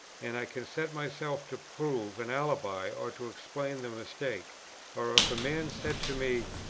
and i can set myself to prove an alibi or to explain the mistake or if a man said to me,